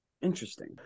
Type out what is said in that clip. Interesting